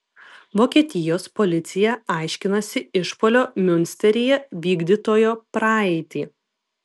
vokietijos policija aiškinasi išpuolio miunsteryje vykdytojo praeitį